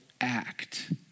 act